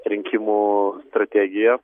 rinkimų strategiją